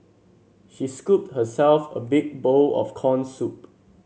she scooped herself a big bowl of corn soup